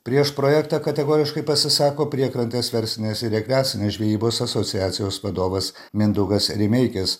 prieš projekte kategoriškai pasisako priekrantės verslinės ir rekreacinės žvejybos asociacijos vadovas mindaugas rimeikis